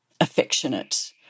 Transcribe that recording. affectionate